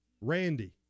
Randy